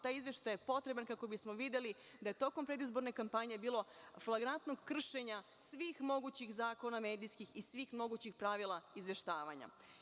Taj izveštaj je potreban kako bismo videli da je tokom predizborne kampanje bilo flagrantnog kršenja svih mogućih zakona medijskih i svih mogućih pravila izveštavanja.